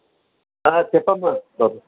చెప్పమ్మా బాబు